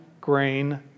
grain